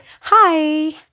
Hi